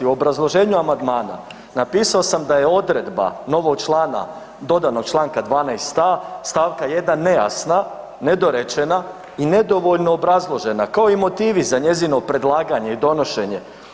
U obrazloženju amandmana, napisao sam da je odredba novog člana, dodanog čl. 12 a) stavka 1. nejasna, nedorečena i nedovoljno obrazložena kao i motivi za njezino predlaganje i donošenje.